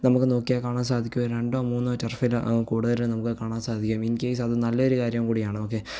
നമുക്ക് നോക്കിയാൽ കാണാൻ സാധിക്കും രണ്ടോ മൂന്നോ ടർഫിൽ കൂടുതൽ നമുക്ക് കാണാൻ സാധിക്കും ഇൻ കേസ് അതു നല്ല ഒരു കാര്യം കൂടിയാണ് ഓക്കെ